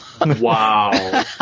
Wow